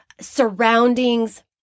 surroundings